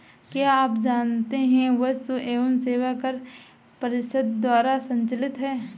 क्या आप जानते है वस्तु एवं सेवा कर परिषद द्वारा संचालित है?